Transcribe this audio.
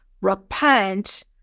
repent